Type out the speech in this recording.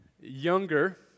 younger